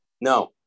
No